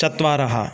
चत्वारः